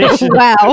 wow